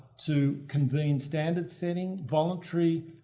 to convene standard setting, voluntary.